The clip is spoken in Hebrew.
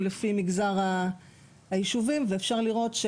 לפי מגזר היישובים ומכאן אפשר לראות,